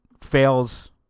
fails